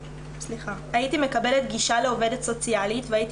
הייתי מקבלת גישה לעובדת סוציאלית והייתי